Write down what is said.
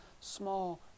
small